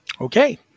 okay